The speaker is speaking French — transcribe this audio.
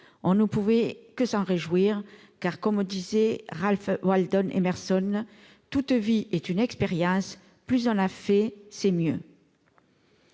On ne pouvait que s'en réjouir, car, comme le disait Ralph Waldo Emerson, « toute vie est une expérience : plus on en fait, mieux